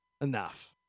enough